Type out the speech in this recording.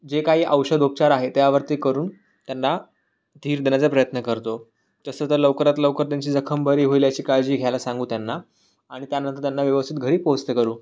जे काही औषधोपचार आहे त्यावरती करून त्यांना धीर देण्याचा प्रयत्न करतो तसं तर लवकरात लवकर त्यांची जखम बरी होईल याची काळजी घ्यायला सांगू त्यांना आणि त्यानंतर त्यांना व्यवस्थित घरी पोचतं करू